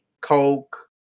Coke